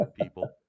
people